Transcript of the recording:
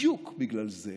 בדיוק בגלל זה